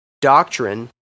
doctrine